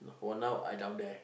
for now I down there